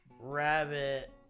rabbit